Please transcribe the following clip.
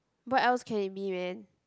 what else can it be man